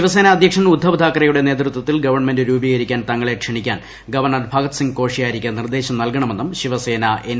ശിവസേന അധ്യക്ഷൻ ഉദ്ധവ് താക്കറെയുടെ നേതൃത്വത്തിൽ ഗവൺമെന്റ് രൂപീകരിക്കാൻ തങ്ങളെ ക്ഷണിക്കാൻ ഗവർണർ ഭഗത്സിംഗ് കോഷിയാരിക്ക് നിർദ്ദേശം നൽകണമെന്നും ശിവസേന എൻ